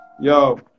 yo